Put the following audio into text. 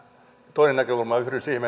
toinen näkökulma yhdyn siihen